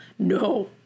No